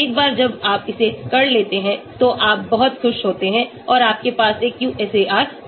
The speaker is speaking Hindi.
एक बार जब आप इसे कर लेते हैं तो आप बहुत खुश होते हैं और आपके पास एक QSAR होता है